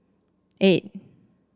eight